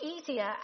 easier